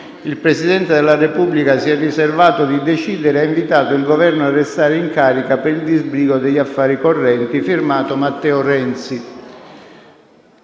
Il Presidente della Repubblica si è riservato di decidere e ha invitato il Governo a restare in carica per il disbrigo degli affari correnti. *F.to* Matteo Renzi».